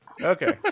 Okay